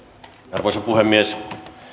arvoisa puhemies